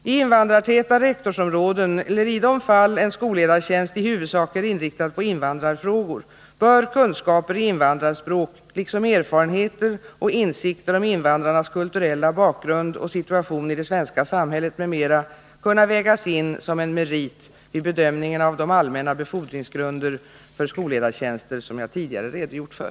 I invandrartäta rektorsområden eller i de fall en skolledartjänst i huvudsak är inriktad på invandrarfrågor bör kunskaper i invandrarspråk liksom erfarenheter av och insikter om invandrarnas kulturella bakgrund och situation i det svenska samhället m.m. kunna vägas in som en merit vid bedömningen av de allmänna befordringsgrunder för skolledartjänster som jag tidigare redogjort för.